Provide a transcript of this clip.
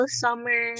summer